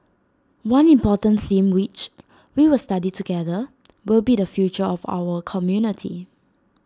one important theme which we will study together will be the future of our community